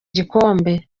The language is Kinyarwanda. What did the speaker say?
gikombe